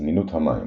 זמינות המים